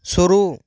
शुरू